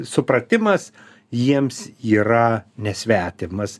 supratimas jiems yra nesvetimas